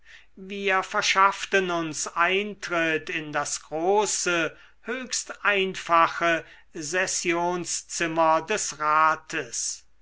wir verschafften uns eintritt in das große höchst einfache sessionszimmer des rates